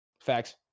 Facts